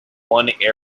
one